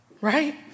Right